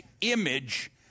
image